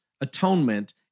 atonement